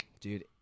Dude